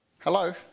Hello